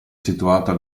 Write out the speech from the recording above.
situata